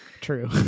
true